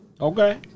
Okay